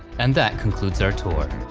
and that concludes our tour.